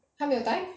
他没有 time